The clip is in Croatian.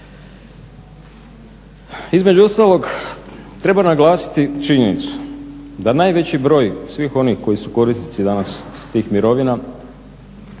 Između ostalog treba naglasiti činjenicu da najveći broj svih onih koji su korisnici danas tih mirovina